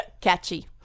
Catchy